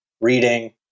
reading